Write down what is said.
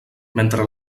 mentre